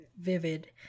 vivid